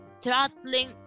throttling